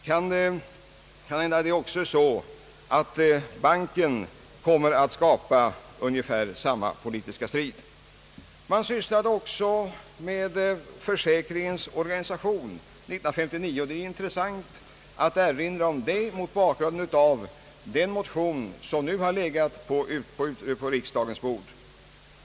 Kanhända är det också så att banken kommer att skapa ungefär samma politiska strid som ATP gjorde på sin tid. 1959 sysslade man också med försäkringens organisation, och det är intressant att erinra om det mot bakgrunden av den fp—cp-motion som nu har legat på riksdagens bord.